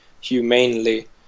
humanely